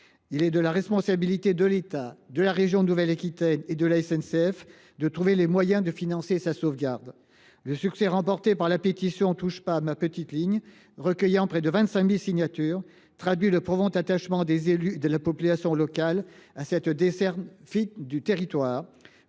Il est de la responsabilité de l’État, de la région Nouvelle Aquitaine et de la SNCF de trouver les moyens de financer sa sauvegarde. Le succès remporté par la pétition « Touche pas à ma p’tite ligne !», qui a recueilli près de 25 000 signatures, traduit le profond attachement des élus et de la population locale à cette desserte fine du territoire.